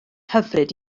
hyfryd